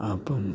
അപ്പം